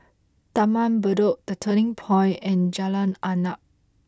Taman Bedok The Turning Point and Jalan Arnap